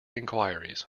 enquiries